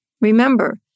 Remember